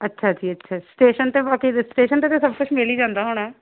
ਅੱਛਾ ਜੀ ਅੱਛਾ ਸਟੇਸ਼ਨ 'ਤੇ ਬਾਕੀ ਸਟੇਸ਼ਨ 'ਤੇ ਤਾਂ ਸਭ ਕੁਛ ਮਿਲ ਹੀ ਜਾਂਦਾ ਹੋਣਾ